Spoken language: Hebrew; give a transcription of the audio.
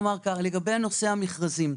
לגבי נושא המכרזים,